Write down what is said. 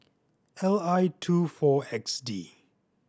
L I two four X D